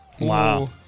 Wow